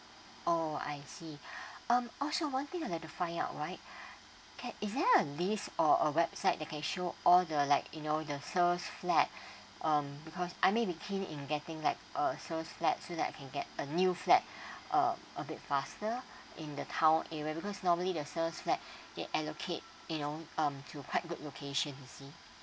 oh I see um also one thing I've to find out right can is there a list or a website that can show all the like you know the sold flat um because I may be came in getting like err sold flat so that I can get a new flat a a bit faster in the town area because normally resale flat get allocate you know um to quite good location I see